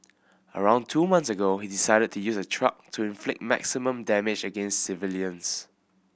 around two months ago he decided to use a truck to inflict maximum damage against civilians